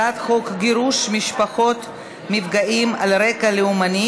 הצעת חוק גירוש משפחות מפגעים על רקע לאומני,